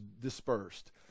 dispersed